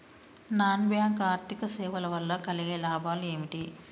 Non bank ఆర్థిక సేవల వల్ల కలిగే లాభాలు ఏమిటి?